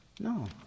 No